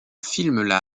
film